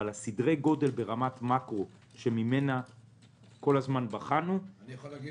אבל סדרי גודל ברמת מקרו שממנה בחנו -- אני יכול להגיד